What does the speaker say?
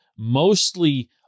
Mostly